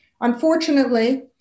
Unfortunately